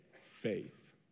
Faith